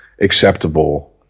acceptable